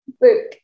book